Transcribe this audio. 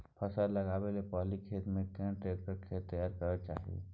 फसल लगाबै स पहिले खेत में कोन ट्रैक्टर स खेत तैयार करबा के चाही?